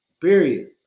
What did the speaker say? Period